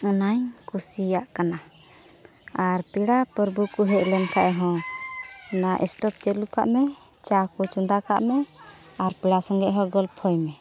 ᱚᱱᱟᱧ ᱠᱩᱥᱤᱭᱟᱜ ᱠᱟᱱᱟ ᱟᱨ ᱯᱮᱲᱟ ᱯᱨᱚᱵᱷᱩ ᱠᱚ ᱦᱮᱡ ᱞᱮᱱᱠᱷᱟᱱ ᱦᱚᱸ ᱱᱚᱣᱟ ᱥᱴᱳᱵᱷ ᱪᱟᱹᱞᱩ ᱠᱟᱜ ᱢᱮ ᱪᱟ ᱠᱚ ᱪᱚᱸᱫᱟ ᱠᱟᱜ ᱢᱮ ᱟᱨ ᱯᱮᱲᱟ ᱥᱚᱸᱜᱮ ᱦᱚᱸ ᱜᱚᱞᱯᱷᱚᱭ ᱢᱮ